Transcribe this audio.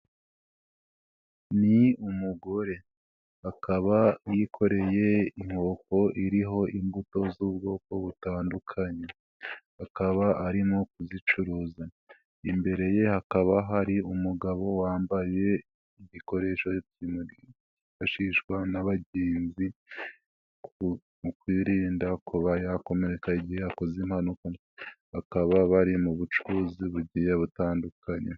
Ni umugore akaba yikoreye inkoko iriho imbuto z'ubwoko butandukanye, akaba arimo kuzicuruza imbere ye hakaba hari umugabo wambaye ibikoresho byifashishwa n'abagenzi, mu kwirinda kuba yakomereka igihe akoze impanuka, bakaba bari mu bucuruzi bugiye butandukanye.